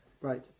Right